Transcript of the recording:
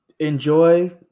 Enjoy